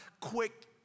quick